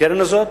בקרן הזאת.